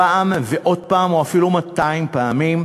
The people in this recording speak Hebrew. פעם ועוד פעם או אפילו מאתיים פעמים.